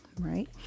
Right